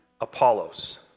Apollos